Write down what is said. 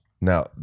Now